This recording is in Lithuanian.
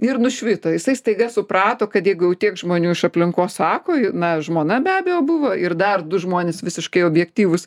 ir nušvito jisai staiga suprato kad jeigu jau tiek žmonių iš aplinkos sako na žmona be abejo buvo ir dar du žmonės visiškai objektyvūs